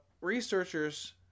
researchers